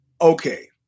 Okay